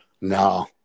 No